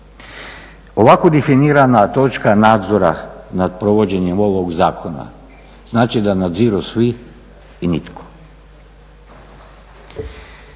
Ovako definirana točka nadzora nad provođenjem ovog zakona znači da nadziru svi i nitko.